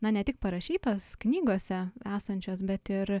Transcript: na ne tik parašytos knygose esančios bet ir